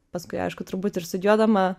paskui aišku turbūt ir studijuodama